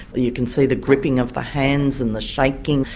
you can see the gripping of the hands and the shaking.